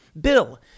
Bill